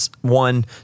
one